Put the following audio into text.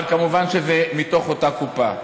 אבל כמובן שזה מתוך אותה קופה.